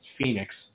Phoenix